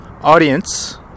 audience